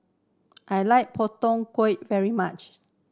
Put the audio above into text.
I like Pak Thong Ko very much